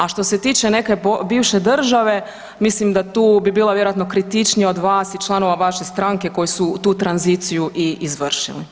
A što se tiče neke bivše države, mislim da tu bi bila vjerojatno kritičnija od vas i članova vaše stranke koji su tu tranziciju i izvršili.